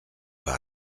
par